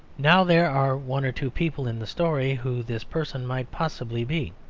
now there are one or two people in the story who this person might possibly be.